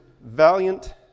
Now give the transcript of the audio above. Valiant